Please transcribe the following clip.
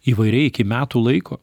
įvairiai iki metų laiko